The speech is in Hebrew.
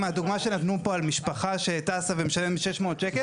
דוגמה שנתנו פה על משפחה שטסה ומשלמת 600 שקלים.